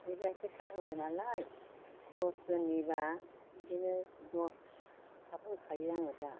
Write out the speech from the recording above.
बे गाइखेर साहा होबाय नालाय दस जोननिबा बिदिनो दस खाप होखायो आङो दा